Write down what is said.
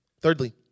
Thirdly